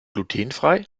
glutenfrei